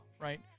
Right